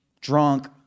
drunk